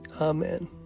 Amen